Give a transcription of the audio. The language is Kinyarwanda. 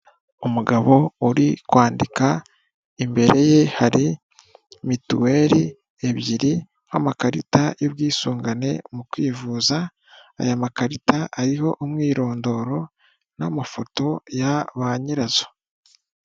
Umugabo uri kwandika imbere ye hari mituweri ebyiri nk'amakarita y'ubwisungane mu kwivuza aya makarita ariho umwirondoro n'amafoto ya ba nyirazo.